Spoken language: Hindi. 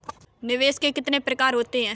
निवेश के कितने प्रकार होते हैं?